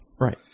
Right